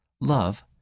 love